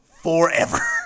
Forever